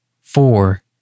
four